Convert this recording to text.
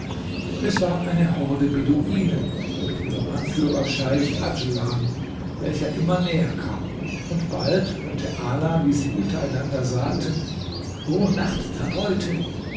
es war eine horde beduinen mit ihrem anführer scheich adjlan welcher immer näherkam und bald hörte ala wie sie untereinander sagten o nacht der beute